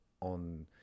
on